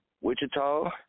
Wichita